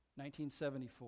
1974